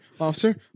officer